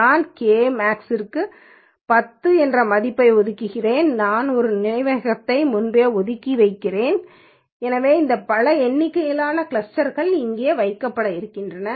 நான் கே maxற்கு பத்து என்ற மதிப்பை ஒதுக்குகிறேன் நான் ஒரு நினைவகத்தை முன்பே ஒதுக்கி இருக்கிறேன் எனவே இந்த பல எண்ணிக்கையிலான கிளஸ்டர்கள் அங்கேயே வைக்கப்பட இருக்கின்றன